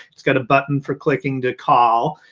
it's got a button for clicking to call.